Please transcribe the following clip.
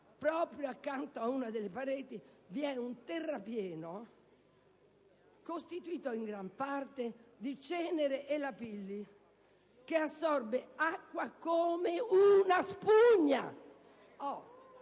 Proprio accanto a una delle pareti vi è un terrapieno, costituito in gran parte da cenere e lapilli, che assorbe acqua come una spugna.